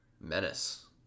Menace